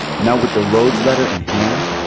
now with the rhodes letter in hand,